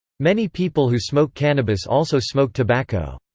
many people who smoke cannabis also smoke tobacco.